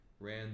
ran